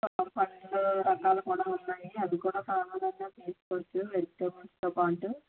పండ్లు రకాలు కూడా ఉన్నాయి అవి కూడా కావాలన్నా తీసుకోవచ్చు వెజిటేబుల్స్తో పాటు